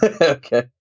Okay